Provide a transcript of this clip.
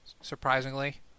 surprisingly